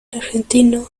argentino